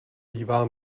bývá